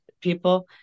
people